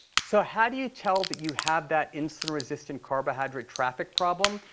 so how do you tell that you have that insulin-resistant carbohydrate traffic problem?